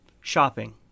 Shopping